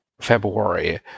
February